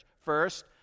First